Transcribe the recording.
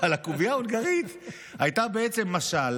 אבל הקובייה ההונגרית הייתה בעצם משל